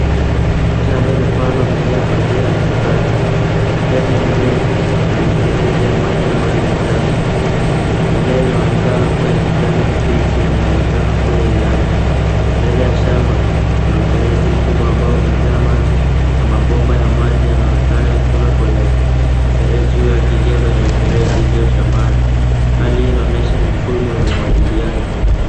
Shamba imepandwa mimea kwa njia ya mistari. Katikati ya mimea kuna mifereji ya maji ambayo imejazwa. Mimea inaonekana kuwa ya kijani kibichi na inaonekana kuwa yenye afya. Mbele ya shamba, kuna mfereji mkubwa ambao umejaa maji na mabomba ya maji yanaonekana yakitoka kwenye mfereji huo yakiingia kwenye mifereji iliyo shambani. Hali hii inaonyesha mifumo ya umwagiliaji.